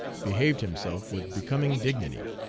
behaved himself with becoming dignity.